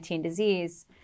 disease